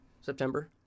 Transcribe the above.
September